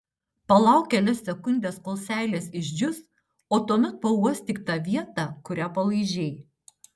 palauk kelias sekundes kol seilės išdžius o tuomet pauostyk tą vietą kurią palaižei